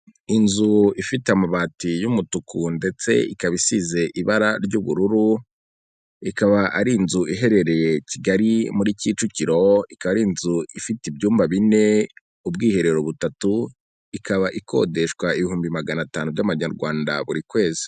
Inzu ifite amabati y'umutuku ndetse ikaba isize ibara ry'ubururu, ikaba ari inzu iherereye kigali muri Kicukiro. Ikaba ar’inzu ifite ibyumba bine, ubwiherero butatu, ikaba ikodeshwa ibihumbi magana atanu by'amanyarwanda buri kwezi.